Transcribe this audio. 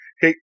hey